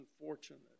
unfortunate